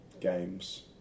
games